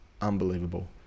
unbelievable